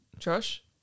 Josh